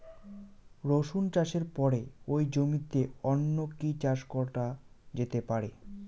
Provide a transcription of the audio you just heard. রসুন চাষের পরে ওই জমিতে অন্য কি চাষ করা যেতে পারে?